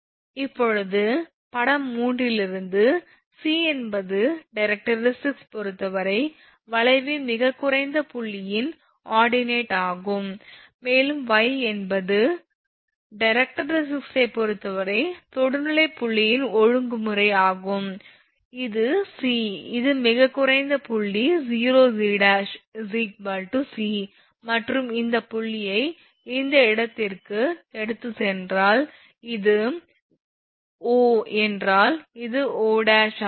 இப்போது படம் 3 இலிருந்து 𝑐 என்பது டைரக்ட்ரிக்ஸைப் பொறுத்தவரை வளைவின் மிகக் குறைந்த புள்ளியின் ஆர்டினேட் ஆகும் மேலும் y என்பது டைரக்ட்ரிக்ஸைப் பொறுத்தவரை தொடுநிலைப் புள்ளியின் ஒழுங்குமுறை ஆகும் இது 𝑐 இது மிகக் குறைந்த புள்ளி 𝑂𝑂′ 𝑐 மற்றும் இந்த புள்ளியை இந்த இடத்திற்கு எடுத்துச் சென்றால் இது 𝑂 என்றால் இது 𝑂′ ஆகும்